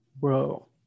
bro